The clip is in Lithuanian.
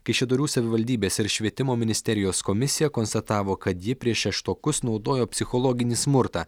kaišiadorių savivaldybės ir švietimo ministerijos komisija konstatavo kad ji prieš šeštokus naudojo psichologinį smurtą